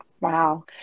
Wow